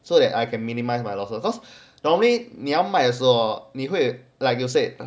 so that I can minimize my losses cause normally 你要买的时候你会 like you said